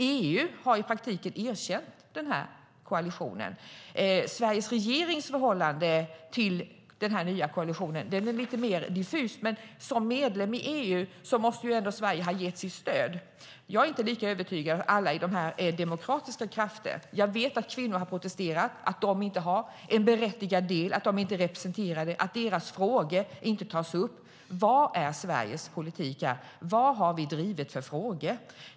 EU har i praktiken erkänt koalitionen. Sveriges regerings förhållande till den nya koalitionen är lite mer diffus. Som medlem i EU måste ändå Sverige ha gett sitt stöd. Jag är inte lika övertygad om att alla är demokratiska krafter. Jag vet att kvinnor har protesterat, att de inte har en berättigad del i det hela, att de inte är representerade, att deras frågor inte tas upp. Vad är Sveriges politik här? Vad har vi drivit för frågor?